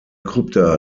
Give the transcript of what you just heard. krypta